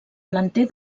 planter